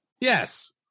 yes